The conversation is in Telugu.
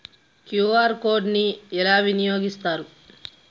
క్యూ.ఆర్ కోడ్ ని ఎలా వినియోగిస్తారు?